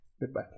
Goodbye